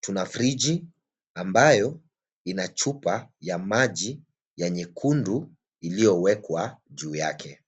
Tuna friji ambayo ina chupa ya maji ya maji ya nyekundu iliyowekwa juu yake.